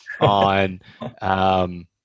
on